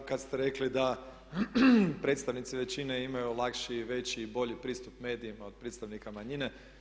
Kad ste rekli da predstavnici većine imaju lakši i veći i bolji pristup medijima od predstavnika manjine.